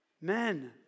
Men